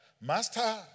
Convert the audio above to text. Master